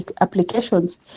applications